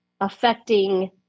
affecting